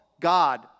God